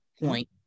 point